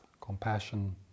compassion